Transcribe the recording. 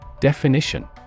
Definition